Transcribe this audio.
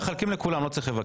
מחלקים לכולם, לא צריך לבקש.